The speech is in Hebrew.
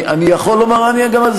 אני יכול לומר, מה עם